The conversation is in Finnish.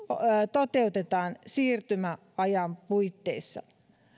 toteutetaan siirtymäajan puitteissa